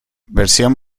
versión